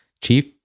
Chief